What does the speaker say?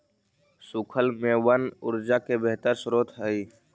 सूखल मेवबन ऊर्जा के बेहतर स्रोत हई